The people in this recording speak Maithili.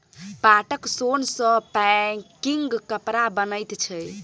पाटक सोन सँ पैकिंग कपड़ा बनैत छै